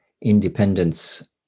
independence